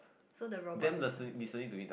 so the robot listen